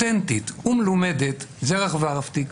אותנטית ומלומדת, זרח ורהפטיג,